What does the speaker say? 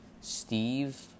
Steve